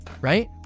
right